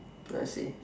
I see